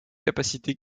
capacités